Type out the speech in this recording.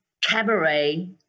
cabaret